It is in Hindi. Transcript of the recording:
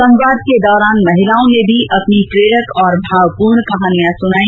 संवाद के दौरान महिलाओं ने भी अपनी प्रेरक और भावपूर्ण कहानियां सुनाई